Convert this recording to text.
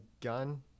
gun